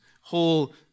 whole